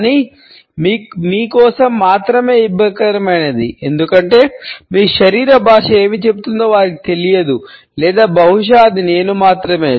కానీ మీ కోసం మాత్రమే ఇబ్బందికరమైనది ఎందుకంటే మీ శరీర భాష ఏమి చెబుతుందో వారికి తెలియదు లేదా బహుశా అది నేను మాత్రమే